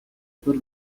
per